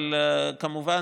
אבל כמובן,